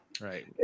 Right